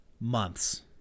months